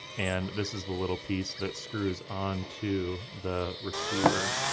and this is the little piece that screws onto the receiver,